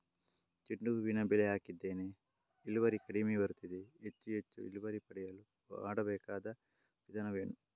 ಚೆಂಡು ಹೂವಿನ ಬೆಳೆ ಹಾಕಿದ್ದೇನೆ, ಇಳುವರಿ ಕಡಿಮೆ ಬರುತ್ತಿದೆ, ಹೆಚ್ಚು ಹೆಚ್ಚು ಇಳುವರಿ ಪಡೆಯಲು ಮಾಡಬೇಕಾದ ವಿಧಾನವೇನು?